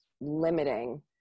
limiting